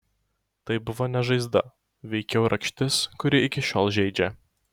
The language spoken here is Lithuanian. tai buvo ne žaizda veikiau rakštis kuri iki šiol žeidžia